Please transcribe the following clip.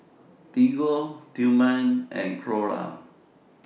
Diego Tillman and Clora